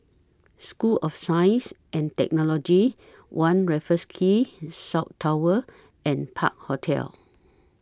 School of Science and Technology one Raffles Quay South Tower and Park Hotel